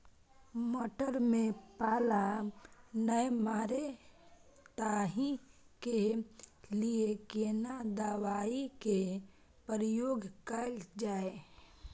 मटर में पाला नैय मरे ताहि के लिए केना दवाई के प्रयोग कैल जाए?